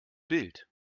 bild